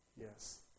Yes